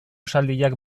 esaldiak